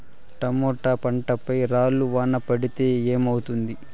Tomato పంట పై రాళ్లు వాన పడితే ఏమవుతుంది?